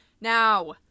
Now